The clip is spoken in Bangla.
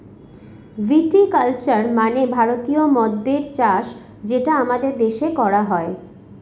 ভিটি কালচার মানে ভারতীয় মদ্যের চাষ যেটা আমাদের দেশে করা হয়